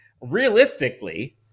realistically